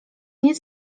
nie